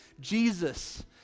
Jesus